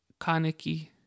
Kaneki